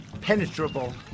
penetrable